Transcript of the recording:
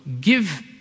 give